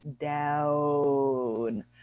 down